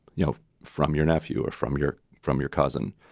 you know, from your nephew or from your from your cousin.